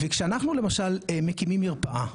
וכשאנחנו למשל מקימים מרפאה,